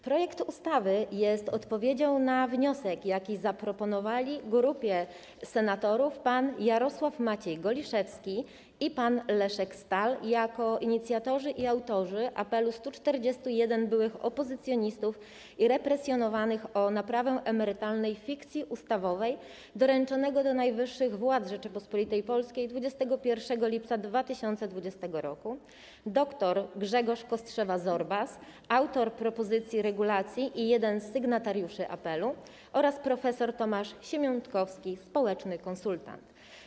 Projekt ustawy jest odpowiedzią na wniosek, jaki zaproponowali grupie senatorów pan Jarosław Maciej Goliszewski i pan Leszek Stall jako inicjatorzy i autorzy apelu 141 byłych opozycjonistów i represjonowanych o naprawę emerytalnej fikcji ustawowej, doręczony do najwyższych władz Rzeczypospolitej Polskiej 21 lipca 2020 r., dr Grzegorz Kostrzewa-Zorbas, autor propozycji regulacji i jeden z sygnatariuszy apelu, oraz prof. Tomasz Siemiątkowski, społeczny konsultant.